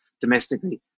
domestically